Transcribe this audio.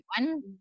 one